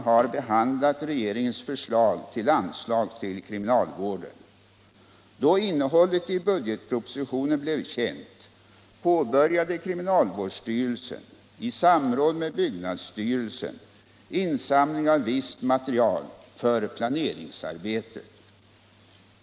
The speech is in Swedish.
Han har däremot för avsikt att föreslå regeringen att uppdra åt kriminalvårdsstyrelsen att skyndsamt utarbeta en plan för anstaltsbeståndet i Stockholmsområdet.